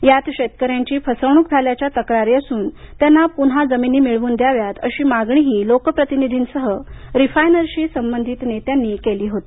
यात शेतकऱ्यांची फसवणूक झाल्याच्या तक्रारी असून आहे त्याना पुन्हा जमिनी मिळवून द्याव्यात अशी मागणीही लोकप्रतिनिधींसह रिफायनरीशी संबंधित नेत्यांनी केली होती